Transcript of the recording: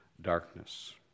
darkness